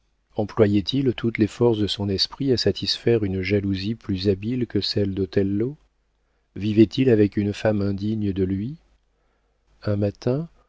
employait il toutes les forces de son esprit à satisfaire une jalousie plus habile que celle d'othello vivait-il avec une femme indigne de lui un matin